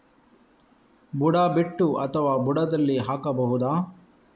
ಬುಡ ಬಿಟ್ಟು ಅಥವಾ ಬುಡದಲ್ಲಿ ಹಾಕಬಹುದಾ?